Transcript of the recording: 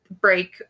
break